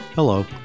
Hello